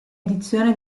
edizione